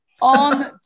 On